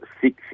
six